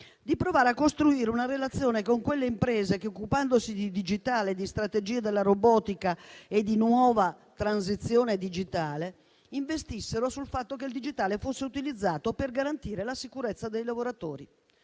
di provare a costruire una relazione con quelle imprese che, occupandosi di digitale, di strategie della robotica e di nuova transizione digitale, investissero sul fatto che il digitale fosse utilizzato per garantire la sicurezza dei lavoratori.